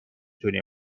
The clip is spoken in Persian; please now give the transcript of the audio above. تونی